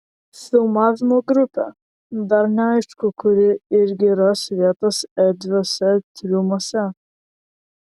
filmavimo grupė dar neaišku kuri irgi ras vietos erdviuose triumuose